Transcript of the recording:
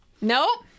Nope